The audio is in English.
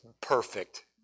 perfect